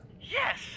Yes